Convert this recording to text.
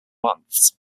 months